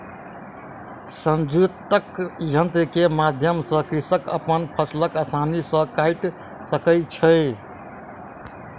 संयुक्तक यन्त्र के माध्यम सॅ कृषक अपन फसिल आसानी सॅ काइट सकै छै